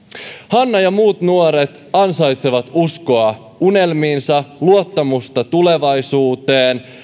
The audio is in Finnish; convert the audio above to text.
hanna ja muut nuoret ansaitsevat uskoa unelmiinsa luottamusta tulevaisuuteen